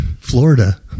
Florida